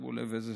תשימו לב איזה